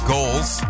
Goals